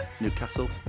Newcastle